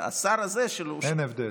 אין הבדל.